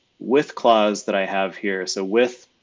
with clause that i have here. so with